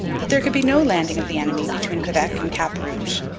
that there could be no landing of the enemy between quebec and cap rouge,